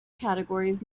categories